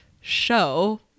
show